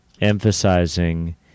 emphasizing